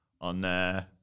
on